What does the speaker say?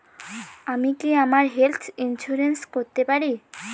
আমি কি আমার হেলথ ইন্সুরেন্স করতে পারি?